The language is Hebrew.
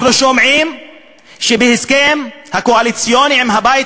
אנחנו שומעים שבהסכם הקואליציוני עם הבית